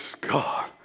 God